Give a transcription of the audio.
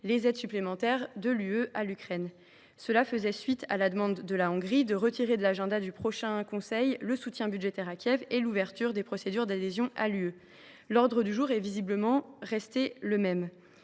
des aides supplémentaires de l’Union européenne à l’Ukraine. Cela faisait suite à la demande de la Hongrie de retirer de l’agenda du prochain Conseil européen le soutien budgétaire à Kiev et l’ouverture des procédures d’adhésion à l’Union européenne. L’ordre du jour est visiblement resté le même.